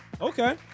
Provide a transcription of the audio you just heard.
Okay